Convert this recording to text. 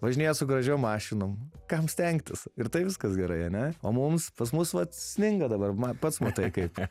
važinėja su gražiom mašinom kam stengtis ir taip viskas gerai ane o mums pas mus vat sninga dabar pats matai kaip